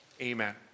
Amen